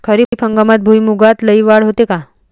खरीप हंगामात भुईमूगात लई वाढ होते का?